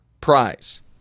prize